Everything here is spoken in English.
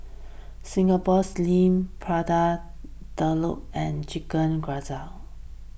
Singapore Sling Prata Telur and Chicken Gizzard